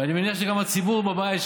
ואני מניח שגם הציבור בבית,